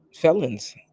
felons